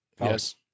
Yes